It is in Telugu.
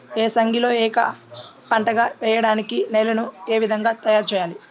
ఏసంగిలో ఏక పంటగ వెయడానికి నేలను ఏ విధముగా తయారుచేయాలి?